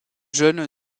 jeune